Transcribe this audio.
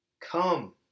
Come